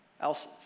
else's